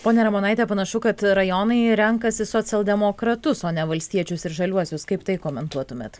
ponia ramonaite panašu kad rajonai renkasi socialdemokratus o ne valstiečius žaliuosius kaip tai komentuotumėt